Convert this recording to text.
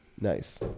Nice